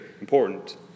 important